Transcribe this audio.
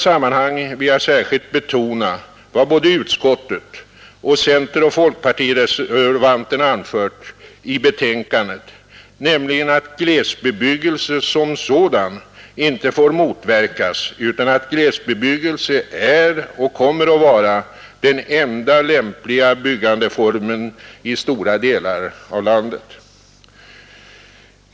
Jag vill här särskilt betona vad bäde utskottet och centeroch folkpartireservanterna anfört i betänkandet, nämligen att glesbebyggelse som sådan inte får motverkas utan att glesbebyggelse är och kommer att vara den enda lämpliga byggandeformen i stora delar av landet.